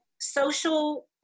social